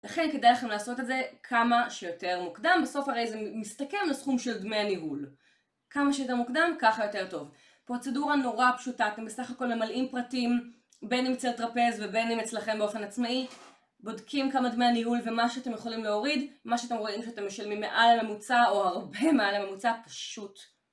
לכן, כדאי לכם לעשות את זה כמה שיותר מוקדם, בסוף הרי זה מסתכם לסכום של דמי ניהול. כמה שיותר מוקדם, ככה יותר טוב. פרוצדורה נורא פשוטה, אתם בסך הכל ממלאים פרטים, בין אם צריך לטרפז ובין אם אצלכם באופן עצמאי, בודקים כמה דמי הניהול ומה שאתם יכולים להוריד, מה שאתם רואים שאתם משלמים מעל הממוצע, או הרבה מעל הממוצע, פשוט.